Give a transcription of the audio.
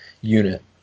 unit